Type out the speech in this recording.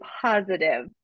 positive